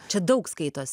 čia daug skaitos